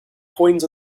coins